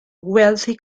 wealthy